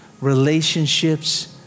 relationships